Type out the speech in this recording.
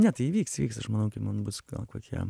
ne tai įvyks įvyks aš manau kai man bus gal kokie